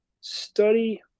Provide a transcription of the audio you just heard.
study